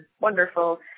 wonderful